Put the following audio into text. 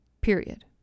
period